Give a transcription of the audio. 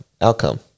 outcome